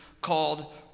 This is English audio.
called